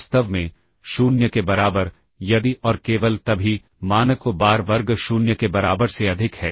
वास्तव में 0 के बराबर यदि और केवल तभी मानक u बार वर्ग 0 के बराबर से अधिक है